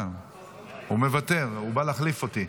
הוא מוותר, הוא בא להחליף אותי.